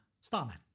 Starman